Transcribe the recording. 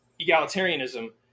egalitarianism